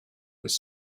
with